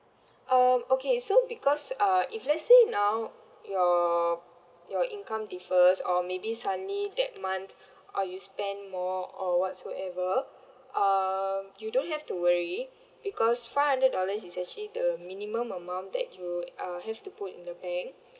um okay so because uh if let's say now your your income differs or maybe suddenly that month uh you spend more or whatsoever uh you don't have to worry because five hundred dollars is actually the minimum amount that you uh have to put in the bank